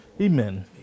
Amen